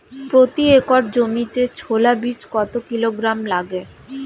প্রতি একর জমিতে ছোলা বীজ কত কিলোগ্রাম লাগে?